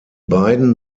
beiden